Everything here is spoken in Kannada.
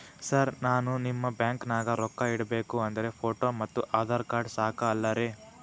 ಸರ್ ನಾನು ನಿಮ್ಮ ಬ್ಯಾಂಕನಾಗ ರೊಕ್ಕ ಇಡಬೇಕು ಅಂದ್ರೇ ಫೋಟೋ ಮತ್ತು ಆಧಾರ್ ಕಾರ್ಡ್ ಸಾಕ ಅಲ್ಲರೇ?